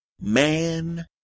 Man